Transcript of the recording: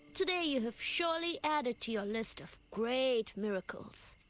today you have surely added to your list of great miracles.